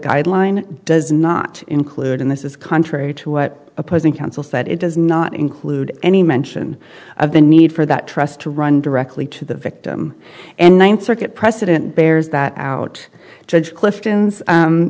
guideline does not include and this is contrary to what opposing counsel said it does not include any mention of the need for that trust to run directly to the victim and ninth circuit precedent bears that out judge clifton